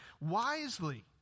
wisely